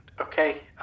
Okay